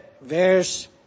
Verse